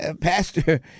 Pastor